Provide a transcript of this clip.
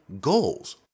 goals